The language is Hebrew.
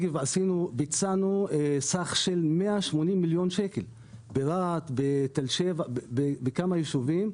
ביצענו סך של 180 מיליון ₪ בנגב ברהט; בתל שבע; בכמה יישובים.